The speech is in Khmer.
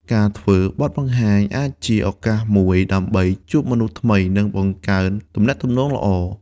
ការធ្វើបទបង្ហាញអាចជាឱកាសមួយដើម្បីជួបមនុស្សថ្មី និងបង្កើតទំនាក់ទំនងល្អ។